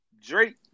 Drake